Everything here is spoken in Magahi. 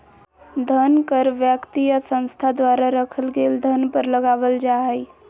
धन कर व्यक्ति या संस्था द्वारा रखल गेल धन पर लगावल जा हइ